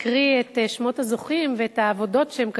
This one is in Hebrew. את שמות הזוכים והעבודות שהם כתבו.